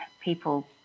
people